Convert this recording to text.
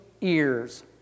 ears